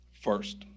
First